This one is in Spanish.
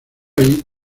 allí